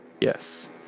Yes